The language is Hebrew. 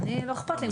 אני, לא אכפת לי מי.